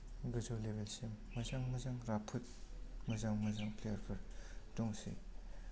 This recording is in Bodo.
गोजौ लेबेल सिम मोजां मोजां राफोद मोजां मोजां प्लेयार फोर दंसै